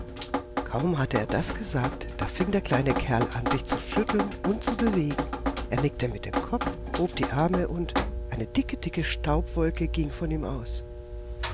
kaum hatte er das gesagt da fing der kleine kerl an sich zu schütteln und zu bewegen er nickte mit dem kopf hob die arme und eine dicke dicke staubwolke ging von ihm aus